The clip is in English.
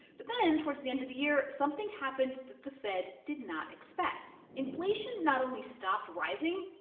but then towards the end of the year, something happened that the fed did not expect. inflation not only stopped rising,